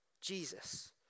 Jesus